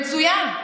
מצוין.